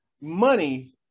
money